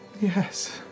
Yes